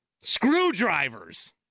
screwdrivers